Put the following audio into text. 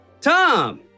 Tom